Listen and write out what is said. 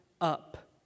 up